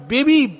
Baby